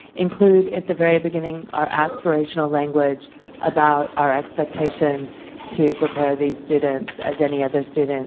include at the very beginning our aspirational language about our expectation to prepare the student as any other student